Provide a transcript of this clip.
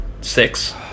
Six